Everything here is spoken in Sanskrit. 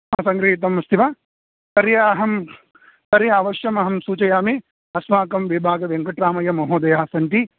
सङ्गृहीतम् अस्ति वा तर्हि अहं तर्हि अवश्यमहं सूचयामि अस्माकं विभाग वेङ्कटरामय्य महोदयाः सन्ति